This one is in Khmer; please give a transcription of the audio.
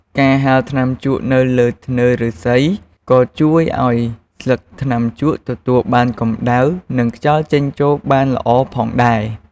ការហាលថ្នាំជក់នៅលើធ្នើរឬស្សី ក៏ជួយអោយស្លឹកថ្នាំជក់ទទួលបានកម្ដៅ និងខ្យល់ចេញចូលបានល្អផងដែរ។